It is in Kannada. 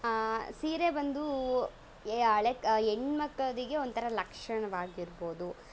ಸೀರೆ ಬಂದು ಯೇ ಹಳೆ ಹೆಣ್ಮಕ್ಕಳ್ದಿಗೆ ಒಂಥರ ಲಕ್ಷಣವಾಗಿರ್ಬೋದು